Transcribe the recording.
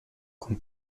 con